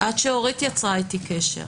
עד שאורית יצרה איתי קשר.